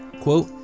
Quote